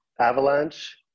Avalanche